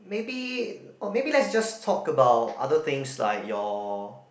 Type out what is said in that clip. maybe maybe let's just talk about other things like your